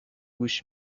گوش